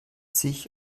sich